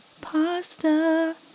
pasta